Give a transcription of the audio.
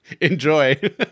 enjoy